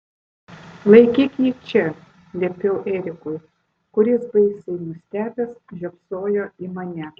laikyk jį čia liepiau erikui kuris baisiai nustebęs žiopsojo į mane